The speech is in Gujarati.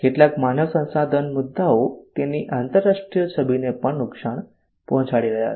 કેટલાક માનવ સંસાધન મુદ્દાઓ તેની આંતરરાષ્ટ્રીય છબીને પણ નુકસાન પહોંચાડી રહ્યા છે